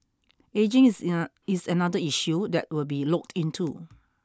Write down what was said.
ageing is is another issue that will be looked into